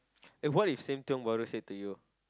and what if same Tiong-Bahru say to you